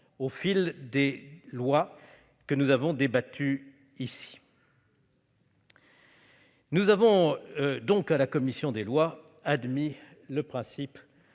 au fil des lois que nous avons débattues ici même. Nous avons donc admis, à la commission des lois, le principe